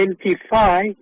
identify